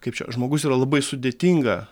kaip čia žmogus yra labai sudėtinga